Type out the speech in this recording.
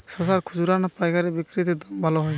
শশার খুচরা না পায়কারী বিক্রি তে দাম ভালো হয়?